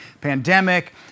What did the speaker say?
pandemic